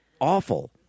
awful